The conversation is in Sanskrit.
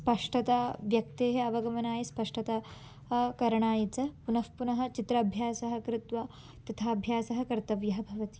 स्पष्टता व्यक्तेः अवगमनाय स्पष्टता करणाय च पुनःपुनः चित्राभ्यासं कृत्वा तथाभ्यासः कर्तव्यः भवति